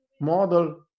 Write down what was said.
model